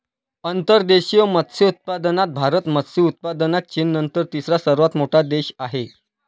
अंतर्देशीय मत्स्योत्पादनात भारत मत्स्य उत्पादनात चीननंतर तिसरा सर्वात मोठा देश आहे